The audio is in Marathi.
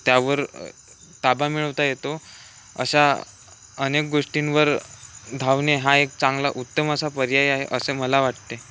त्यावर ताबा मिळवता येतो अशा अनेक गोष्टींवर धावणे हा एक चांगला उत्तम असा पर्याय आहे असे मला वाटते